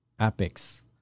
Apex